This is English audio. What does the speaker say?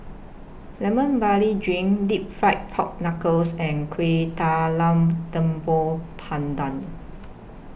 Lemon Barley Drink Deep Fried Pork Knuckles and Kuih Talam Tepong Pandan